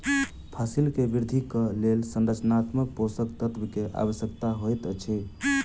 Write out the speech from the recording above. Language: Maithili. फसिल के वृद्धिक लेल संरचनात्मक पोषक तत्व के आवश्यकता होइत अछि